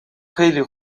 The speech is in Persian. خیلی